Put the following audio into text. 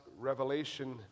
revelation